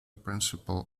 principle